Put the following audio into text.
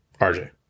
RJ